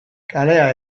kalea